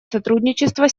сотрудничество